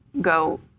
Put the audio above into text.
go